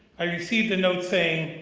i received a note saying,